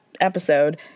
episode